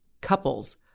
couples